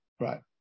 right